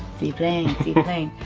sea plane, sea plane.